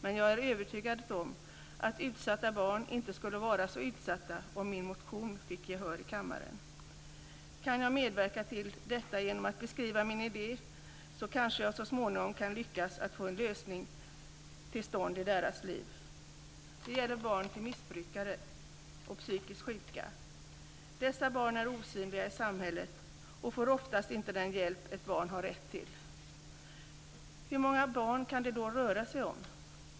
Men jag är övertygad om att utsatta barn inte skulle vara så utsatta om min motion fick gehör i kammaren. Kan jag medverka till detta genom att beskriva min idé kanske jag så småningom kan lyckas att få en lösning till stånd i deras liv. Det gäller barn till missbrukare och psykiskt sjuka. Dessa barn är osynliga i samhället och får oftast inte den hjälp ett barn har rätt till. Hur många barn kan det då röra sig om?